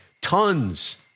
tons